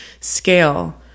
scale